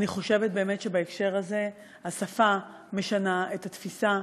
אני חושבת באמת שבהקשר הזה השפה משנה את התפיסה,